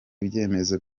ibyemezo